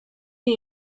iyi